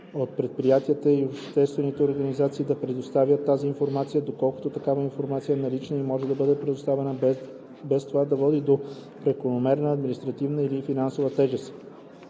от предприятията и обществените органи да представят тази информация, доколкото такава информация е налична и може да бъде предоставена без това да води до прекомерна административна или финансова тежест.